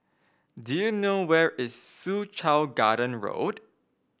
do you know where is Soo Chow Garden Road